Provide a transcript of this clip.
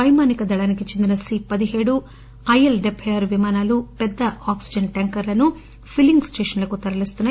వైమానిక దళానికి చెందిన సీ పదిహేడు ఐఎల్ డెల్పై ఆరు విమానాలు పెద్ద ఆక్పిజన్ ట్యాంకర్లను ఫీల్డింగ్ స్టేషన్లకు తరలిస్తున్నాయి